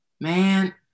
man